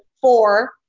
four